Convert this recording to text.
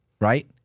right